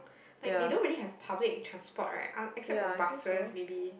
like they don't really have public transport right other except for buses maybe